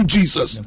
Jesus